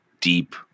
deep